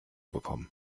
bekommen